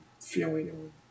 feeling